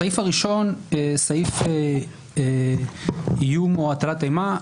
הסעיף הראשון, סעיף איום או הטלת אימה.